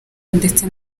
ndetse